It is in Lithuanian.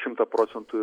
šimtą procentų